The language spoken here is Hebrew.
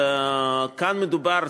כאן מדובר,